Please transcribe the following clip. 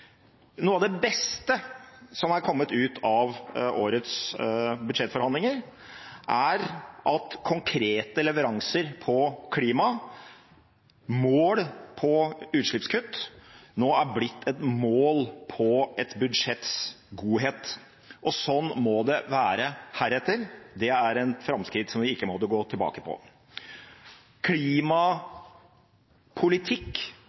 Noe av det beste som er kommet ut av årets budsjettforhandlinger, er at konkrete leveranser innen klima, mål for utslippskutt, nå er blitt et mål på et budsjetts godhet. Sånn må det være heretter, det er et framskritt som vi ikke må gå tilbake på. Klimapolitikk